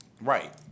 right